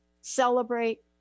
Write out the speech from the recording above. celebrate